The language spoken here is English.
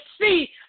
see